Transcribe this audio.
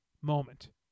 moment